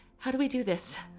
how do we do this?